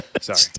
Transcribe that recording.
Sorry